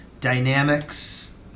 Dynamics